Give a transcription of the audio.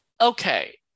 okay